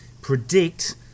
predict